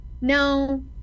no